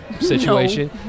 situation